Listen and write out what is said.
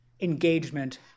engagement